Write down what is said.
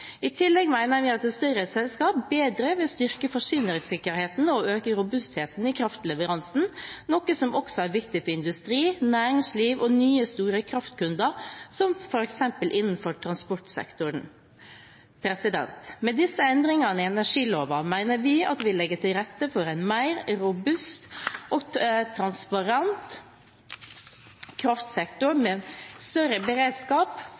I tillegg mener vi at større selskap bedre vil styrke forsyningssikkerheten og øke robustheten i kraftleveransen, noe som også er viktig for industri, næringsliv og nye, store kraftkunder, som f.eks. innenfor transportsektoren. Med disse endringene i energiloven mener vi at vi legger til rette for en mer robust og transparent kraftsektor, med større beredskap